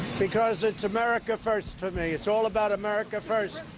because it's america first, to me. it's all about america first.